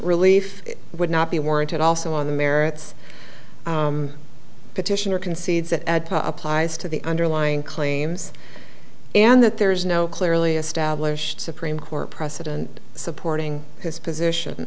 relief would not be warranted also on the merits petitioner concedes that add popeye's to the underlying claims and that there is no clearly established supreme court precedent supporting his position